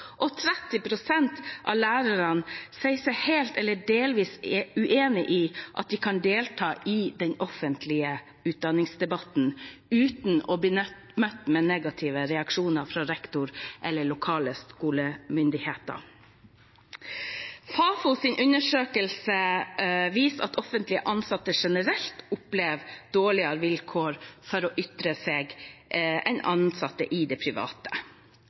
av lærerne sier seg helt eller delvis uenig i at de kan delta i den offentlige utdanningsdebatten uten å bli møtt med negative reaksjoner fra rektor eller lokale skolemyndigheter. Fafos undersøkelse viser at offentlig ansatte generelt opplever dårligere vilkår for å ytre seg enn ansatte i det private.